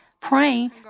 praying